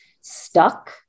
stuck